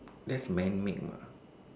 that's man made mah